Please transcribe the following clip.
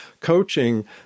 coaching